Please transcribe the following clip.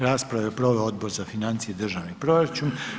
Raspravu je proveo Odbor za financije i državni proračun.